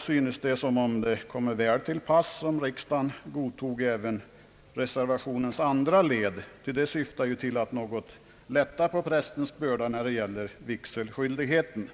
synes det som om det komme väl till pass att riksdagen godtoge även reservationens andra led, ty det syftar ju till att något lätta på prästens börda i fråga om vigselskyldigheten.